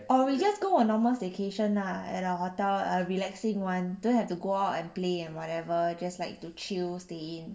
or we go on normal staycation ah at a hotel a relaxing one don't have to go out and play whatever just like to chill stay in